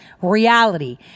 reality